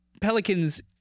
pelicans